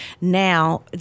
now